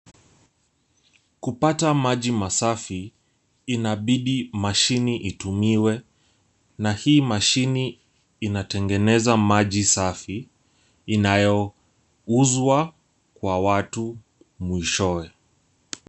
Kupata maji masafi inabidi mashini itumiwe na hii mashini inatengeneza maji safi inayouzwa kwa watu mwishowe.